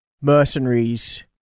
mercenaries